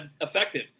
effective